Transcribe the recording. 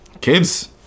kids